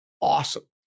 awesome